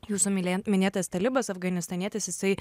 jūsų milem minėtas talibas afganistanietis jisai